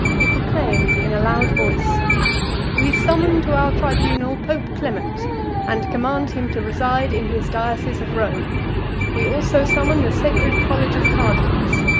he proclaimed in a loud voice we summon to our tribunal pope clement and command him to reside in his diocese of rome we also summon the sacred college of cardinals.